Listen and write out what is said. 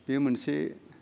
बे मोनसे